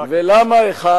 ולמה אחד?